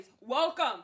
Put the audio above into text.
welcome